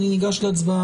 מכובדיי, אני ניגש להצבעה?